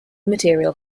material